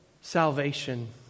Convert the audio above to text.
salvation